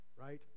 right